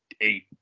eight